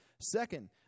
Second